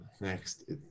next